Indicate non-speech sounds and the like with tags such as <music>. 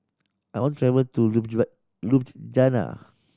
I want to travel to <unintelligible> Ljubljana